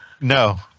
No